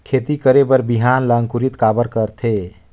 खेती करे बर बिहान ला अंकुरित काबर करथे?